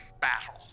battle